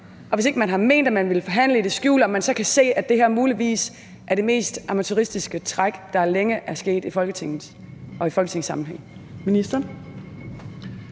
og hvis ikke man har ment, at man ville forhandle i det skjulte, om man så kan se, at det her muligvis er det mest amatøristiske træk, der længe er sket i Folketinget og i